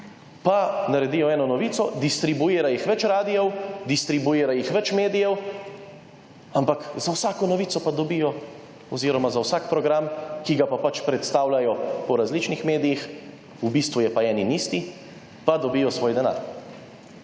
pa naredijo eno novico, distribuira jo več radiev, distribuira jo več medijev, ampak za vsako novico oziroma za vsak program, ki ga predstavljajo po različnih medijih, v bistvu je pa en in isti, pa dobijo svoj denar.